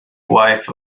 wife